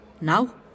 Now